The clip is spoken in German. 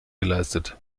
geleistet